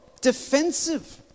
defensive